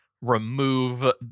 remove